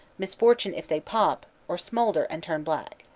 misfortune if they pop, or smoulder and turn black.